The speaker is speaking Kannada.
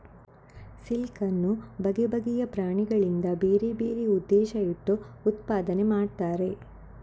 ಸಿಲ್ಕ್ ಅನ್ನು ಬಗೆ ಬಗೆಯ ಪ್ರಾಣಿಗಳಿಂದ ಬೇರೆ ಬೇರೆ ಉದ್ದೇಶ ಇಟ್ಟು ಉತ್ಪಾದನೆ ಮಾಡ್ತಾರೆ